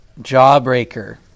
jawbreaker